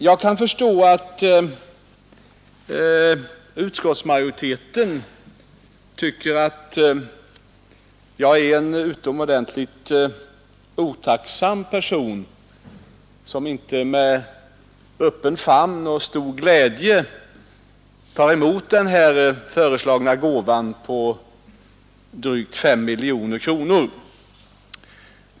Jag kan förstå att utskottsmajoriteten tycker att jag är en utomordentligt otacksam person som inte med öppen famn och stor glädje tar emot den här föreslagna gåvan på drygt 5 miljoner kronor.